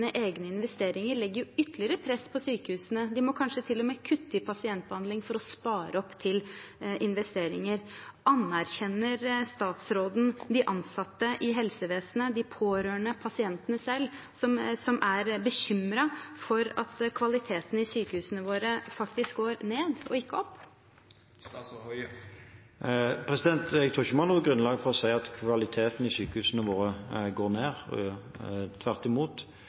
egne investeringer, legger ytterligere press på sykehusene. De må kanskje til og med kutte i pasientbehandlingen for å spare til investeringer. Anerkjenner statsråden de ansatte i helsevesenet, de pårørende og pasientene selv, som er bekymret for at kvaliteten i sykehusene våre faktisk går ned og ikke opp? Jeg tror ikke vi har noe grunnlag for å si at kvaliteten i sykehusene våre går ned. Tvert imot,